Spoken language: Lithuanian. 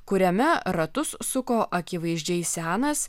kuriame ratus suko akivaizdžiai senas